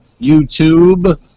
YouTube